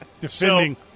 Defending